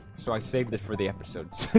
so i saved it for the episodes